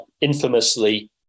infamously